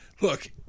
look